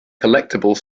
collectible